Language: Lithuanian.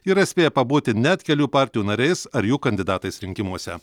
yra spėję pabūti net kelių partijų nariais ar jų kandidatais rinkimuose